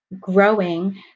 growing